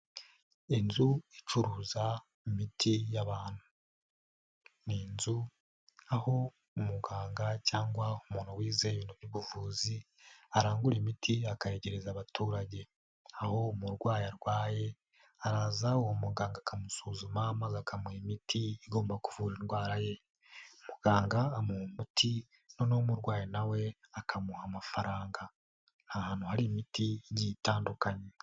Inzu icuruza imiti y'abantu, ni inzu aho umuganga cyangwa umuntu wize ubuvuzi arangura imiti akayegereza abaturage, aho umurwayi arwaye araza uwo muganga akamusuzuma maze akamuha imiti igomba kuvura indwara ye, muganga amuha umuti noneho umurwayi na we akamuha amafaranga, ni ahantu hari imiti igiye itandukanye.